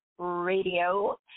radio